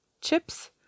Chips